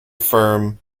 firm